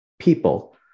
people